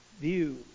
view